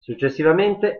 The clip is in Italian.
successivamente